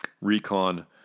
recon